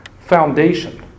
foundation